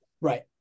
Right